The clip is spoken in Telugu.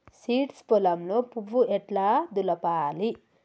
సీడ్స్ పొలంలో పువ్వు ఎట్లా దులపాలి?